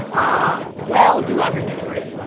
ah! well do i remember it,